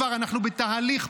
אנחנו כבר בתהליך,